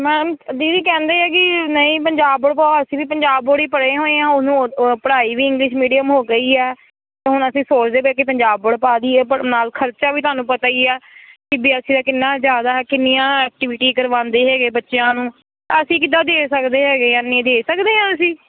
ma'am ਦੀਦੀ ਕਹਿੰਦੇ ਹੈ ਕਿ ਨਹੀਂ ਪੰਜਾਬ ਬੋਰਡ ਪਾਓ ਅਸੀਂ ਵੀ ਪੰਜਾਬ ਬੋਰਡ ਹੀ ਪੜ੍ਹੇ ਹੋਏ ਆ ਉਹਨੂੰ ਉਹ ਪੜ੍ਹਾਈ ਵੀ ਇੰਗਲਿਸ਼ ਮੀਡੀਅਮ ਹੋ ਗਈ ਹੈ ਅਤੇ ਹੁਣ ਅਸੀਂ ਸੋਚਦੇ ਪਏ ਕਿ ਪੰਜਾਬ ਬੋਰਡ ਪਾ ਦੇਈਏ ਪਰ ਨਾਲ ਖਰਚਾ ਵੀ ਤੁਹਾਨੂੰ ਪਤਾ ਹੀ ਆ ਸੀ ਬੀ ਐਸ ਈ ਦਾ ਕਿੰਨਾ ਜ਼ਿਆਦਾ ਕਿੰਨੀਆਂ ਐਕਟੀਵਿਟੀ ਕਰਵਾਉਂਦੇ ਹੈਗੇ ਬੱਚਿਆਂ ਨੂੰ ਅਸੀਂ ਕਿੱਦਾਂ ਦੇ ਸਕਦੇ ਹੈਗੇ ਇੰਨੀ ਦੇ ਸਕਦੇ ਹਾਂ ਅਸੀਂ